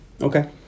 Okay